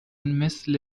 مثل